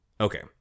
Okay